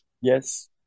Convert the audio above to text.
Yes